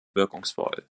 wirkungsvoll